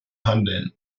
handeln